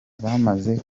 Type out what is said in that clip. bamaze